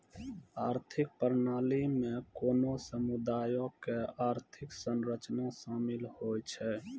आर्थिक प्रणाली मे कोनो समुदायो के आर्थिक संरचना शामिल होय छै